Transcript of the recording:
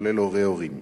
כולל הורי הורים.